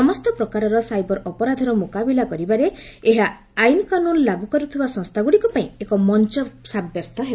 ସମସ୍ତ ପ୍ରକାରର ସାଇବର ଅପରାଧର ମୁକାବିଲା କରିବାରେ ଏହା ଆଇନ୍କାନୁନ୍ ଲାଗୁ କରୁଥିବା ସଂସ୍ଥାଗୁଡ଼ିକ ପାଇଁ ଏକ ମଞ୍ଚ ସାବ୍ୟସ୍ତ ହେବ